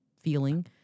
feeling